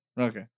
Okay